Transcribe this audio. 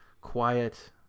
quiet